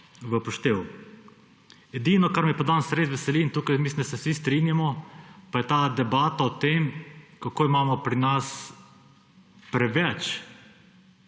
v poštev. Edino, kar me pa danes res veseli, in tukaj mislim, da se vsi strinjamo, pa je ta debata o tem, kako imamo pri nas preveč